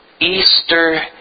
Easter